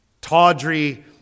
tawdry